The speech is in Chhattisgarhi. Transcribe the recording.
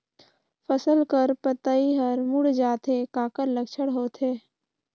फसल कर पतइ हर मुड़ जाथे काकर लक्षण होथे?